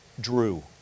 Drew